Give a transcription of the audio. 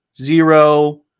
zero